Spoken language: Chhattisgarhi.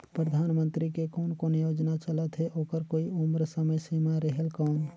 परधानमंतरी के कोन कोन योजना चलत हे ओकर कोई उम्र समय सीमा रेहेल कौन?